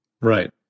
Right